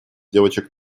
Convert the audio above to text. девочек